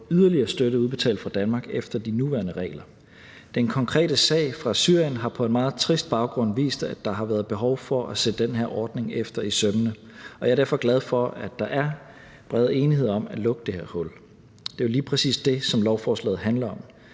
få yderligere støtte udbetalt fra Danmark efter de nuværende regler. Den konkrete sag fra Syrien har på en meget trist baggrund vist, at der har været behov for at se den her ordning efter i sømmene. Jeg er derfor glad for, at der er bred enighed om at lukke det her hul. Det er jo lige præcis det, som lovforslaget handler om.